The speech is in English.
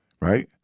right